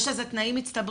יש לזה תנאים מצטברים.